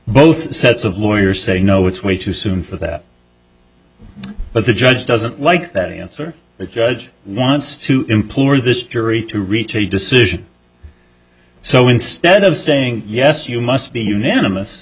both sets of lawyers say no it's way too soon for that but the judge doesn't like that answer the judge wants to implore this jury to reach a decision so instead of saying yes you must be unanimous